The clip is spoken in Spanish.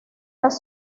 las